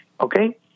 Okay